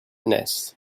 nest